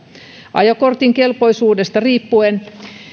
ajokortin kelpoisuudesta riippuen